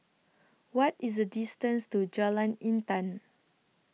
What IS The distance to Jalan Intan